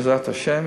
בעזרת השם,